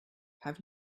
have